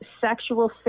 sexual